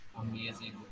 Amazing